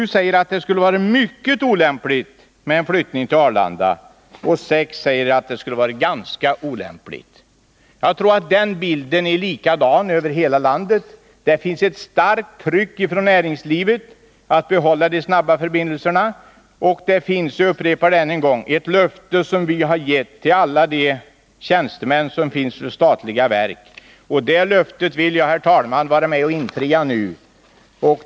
57 av dem säger att en flyttning till Arlanda vore mycket olämplig, medan 6 säger att en sådan skulle vara ganska olämplig. Jag tror att bilden är densamma över hela landet. Det finns ett stort tryck från näringslivet att behålla de snabba förbindelserna, och vi har — jag upprepar det ännu en gång — gett ett löfte till tjänstemännen på de statliga verken. Det löftet vill jag, herr talman, vara med om att infria.